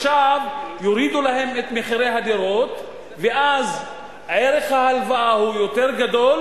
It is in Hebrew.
עכשיו יורידו להם את מחירי הדירות ואז ערך ההלוואה הוא יותר גדול,